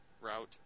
route